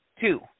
Two